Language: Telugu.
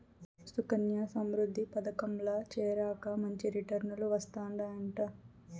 సుకన్యా సమృద్ధి పదకంల చేరాక మంచి రిటర్నులు వస్తందయంట